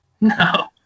No